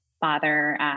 father